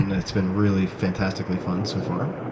and it's been really fanstically fun so far.